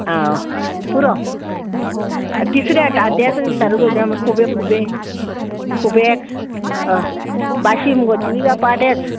आं पुरो तिसऱ्या हाडटा तेंच विचारूंक सोदी खुबे खुबे खुबेक हय बाशी मुगो ती पाटेंच